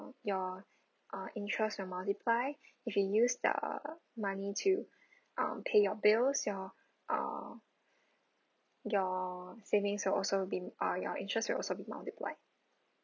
your uh interest will multiplied if you use the money to um pay your bills your uh your savings will also be ah your interest will also be multiplied